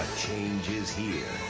change is here.